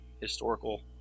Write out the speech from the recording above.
historical